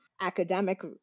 academic